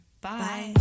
bye